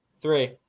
three